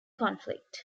conflict